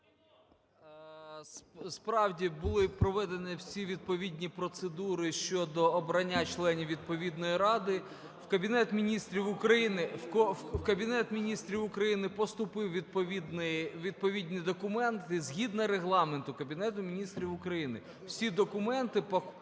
Справді, були проведені всі відповідні процедури щодо обрання членів відповідної ради. В Кабінет Міністрів України поступив відповідний документ. Згідно Регламенту Кабінету Міністрів України всі документи